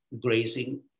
grazing